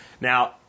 Now